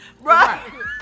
Right